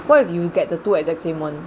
what if you get the two exact same [one]